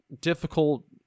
difficult